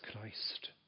Christ